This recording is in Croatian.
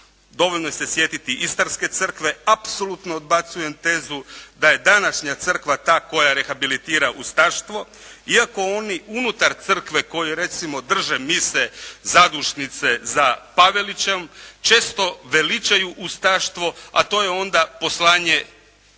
Dovoljno se sjetiti istarske crkve. Apsolutno odbacujem tezu da je današnja crkva ta koja rehabilitira ustaštvo iako oni unutar crkve koji recimo drže Mise zadužnice za Pavelićem često veličaju ustaštvo a to je onda poslanje